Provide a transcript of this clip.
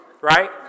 right